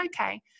okay